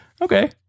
Okay